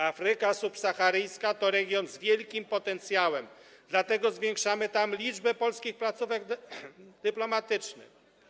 Afryka subsaharyjska to region z wielkim potencjałem, dlatego zwiększamy tam liczbę polskich placówek dyplomatycznych.